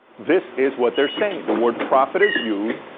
this is what they're saying. the word profit is used.